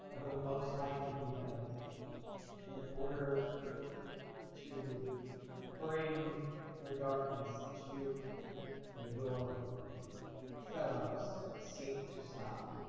will most likely be held in order to bring the darkness that you and your fellows seek to stop